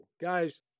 Guys